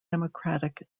democratic